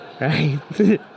right